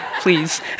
Please